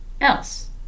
else